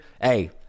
hey